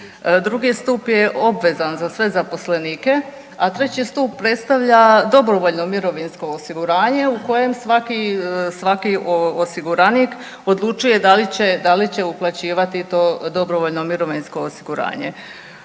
Drugi stup je obvezan za sve zaposlenike, a treći stup predstavlja dobrovoljno mirovinsko osiguranje u kojem svaki, svaki osiguranik odlučuje da li će, da li uplaćivati to dobrovoljno mirovinsko osiguranje.